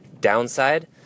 downside